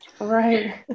right